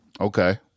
okay